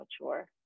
mature